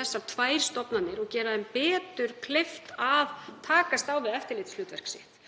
þessar tvær stofnanir og gera þeim betur kleift að takast á við eftirlitshlutverk sitt.